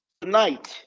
Tonight